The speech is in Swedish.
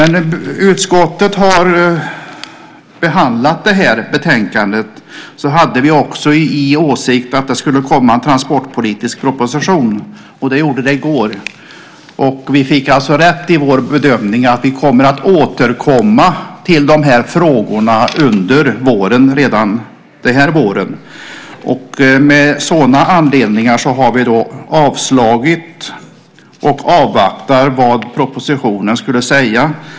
När utskottet behandlade betänkandet hade vi i åtanke att det skulle komma en transportpolitisk proposition. Det gjorde det i går. Vi fick alltså rätt i vår bedömning att vi återkommer till de här frågorna redan under våren. Av den anledningen har vi avslagit och vi avvaktar vad propositionen säger.